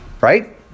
right